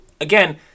again